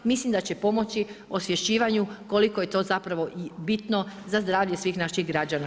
Mislim da će pomoći osvješćivanju koliko je to zapravo bitno za zdravlje svih naših građana.